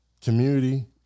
community